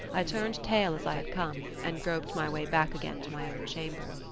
i turned tail as i had come, and groped my way back again to my own chamber.